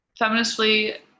feministly